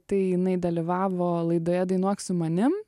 tai jinai dalyvavo laidoje dainuok su manim